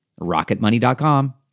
rocketmoney.com